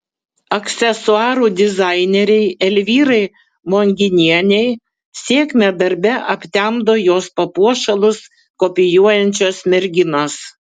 aksesuarų dizainerei elvyrai monginienei sėkmę darbe aptemdo jos papuošalus kopijuojančios merginos